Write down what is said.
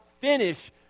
finish